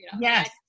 yes